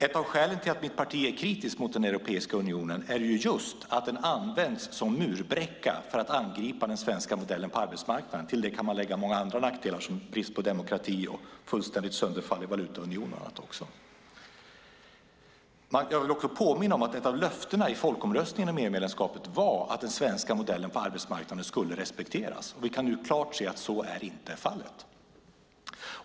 Ett av skälen till att mitt parti är kritiskt mot Europeiska unionen är just att den används som murbräcka för att angripa den svenska modellen på arbetsmarknaden. Till det kan man lägga många andra nackdelar som brist på demokrati och fullständigt sönderfall i valutaunionen. Jag vill också påminna om att ett av löftena i folkomröstningen om EU-medlemskapet var att den svenska modellen på arbetsmarknaden skulle respekteras. Vi kan nu klart se att så är inte fallet.